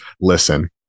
listen